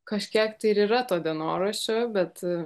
kažkiek tai ir yra to dienoraščio bet